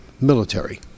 military